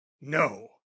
No